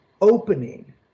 opening